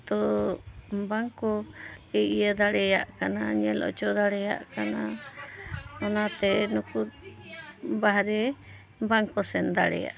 ᱛᱚ ᱵᱟᱝ ᱠᱚ ᱤᱭᱟᱹ ᱫᱟᱲᱮᱭᱟᱜ ᱠᱟᱱᱟ ᱧᱮᱞ ᱦᱚᱪᱚ ᱫᱟᱲᱮᱭᱟᱜ ᱠᱟᱱᱟ ᱚᱱᱟᱛᱮ ᱱᱩᱠᱩ ᱵᱟᱦᱨᱮ ᱵᱟᱝ ᱠᱚ ᱥᱮᱱ ᱫᱟᱲᱮᱭᱟᱜ ᱠᱟᱱᱟ